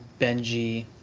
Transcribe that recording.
Benji